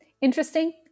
Interesting